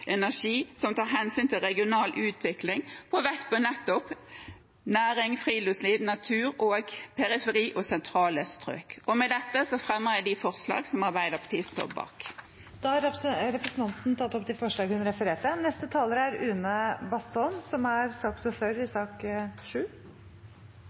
energi, som tar hensyn til regional utvikling og med vekt på nettopp næring, friluftsliv, natur og periferi–sentrale strøk. Med dette fremmer jeg de forslag som Arbeiderpartiet står bak. Da har representanten Ruth Grung tatt opp de forslagene hun refererte til. Siden 19. juni, da vi debatterte vindkraft i